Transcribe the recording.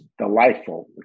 delightful